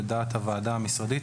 לדעת הוועדה המשרדית,